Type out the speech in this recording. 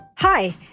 Hi